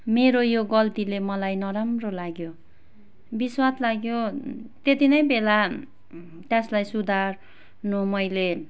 मेरो यो गल्तीले मलाई नराम्रो लाग्यो बिस्वाद लाग्यो त्यति नै बेला त्यसलाई सुधार्नु मैले